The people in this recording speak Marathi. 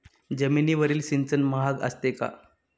जमिनीवरील सिंचन महाग असते का?